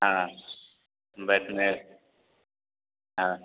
हाँ बैठने हाँ